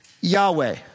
Yahweh